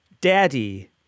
Daddy